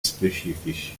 specifici